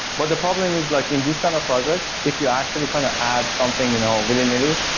but the problem is like in these kind of projects if you actually kind of add something you know willy-nilly,